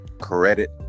Credit